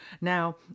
Now